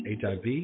HIV